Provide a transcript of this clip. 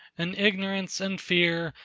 and ignorance and fear,